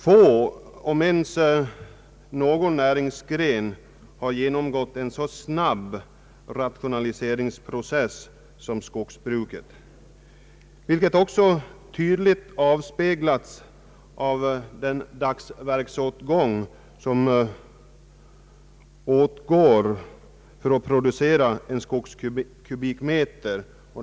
Få näringsgrenar, om ens någon, har genomgått en så snabb rationaliseringsprocess som skogsbruket, vilket också tydligt avspeglas i det antal dagsverken som åtgår för att producera en skogskubikmeter.